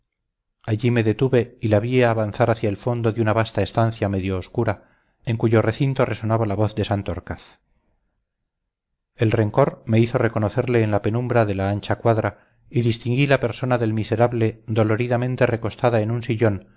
allí me detuve y la vi avanzar hacia el fondo de una vasta estancia medio oscura en cuyo recinto resonaba la voz de santorcaz el rencor me hizo reconocerle en la penumbra de la ancha cuadra y distinguí la persona del miserable doloridamente recostada en un sillón